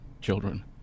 children